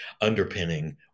underpinning